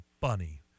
bunny